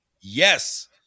Yes